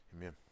Amen